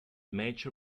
major